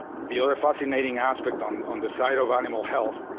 the other fascinating aspect on on the side of animal health,